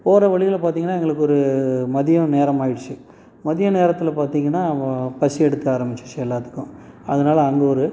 போகிற வழியில் பார்த்தீங்கன்னா எங்களுக்கு ஒரு மதியம் நேரம் ஆகிடுச்சி மதிய நேரத்தில் பார்த்தீங்கன்னா பசி எடுக்க ஆரம்ச்சிருச்சி எல்லாத்துக்கும் அதனால் அங்கே ஒரு